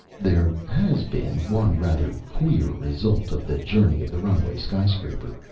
there has been one rather queer result of the journey of the runaway sky-scraper.